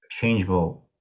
changeable